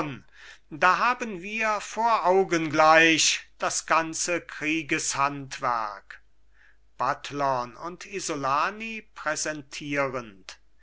da haben wir vor augen gleich das ganze kriegeshandwerk buttlern und isolani präsentierend